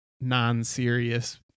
non-serious